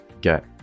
get